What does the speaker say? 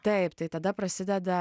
taip tai tada prasideda